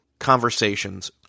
conversations